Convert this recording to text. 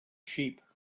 sheep